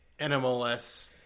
NMLS